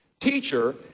Teacher